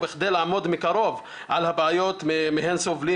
ובכדי לעמוד מקרוב על הבעיות מהן סובלים